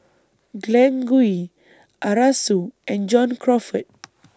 Glen Goei Arasu and John Crawfurd